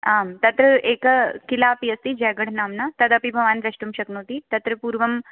आं तत्र एका किलापि अस्ति जयगड्नाम्ना तदपि भवान् द्रष्टुं शक्नोति तत्र पूर्वं